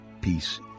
peace